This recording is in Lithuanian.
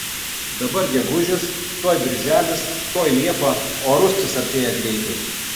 dabar gegužis tuoj birželis tuoj liepa o ruskis artėja greitai